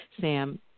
Sam